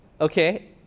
okay